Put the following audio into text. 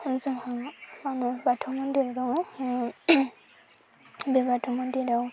जोंहा मा होनो बाथौ मन्दिर दङ बे बाथौ मन्दिराव